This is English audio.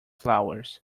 flowers